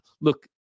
look